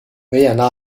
维也纳